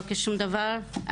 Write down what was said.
לא כשום דבר,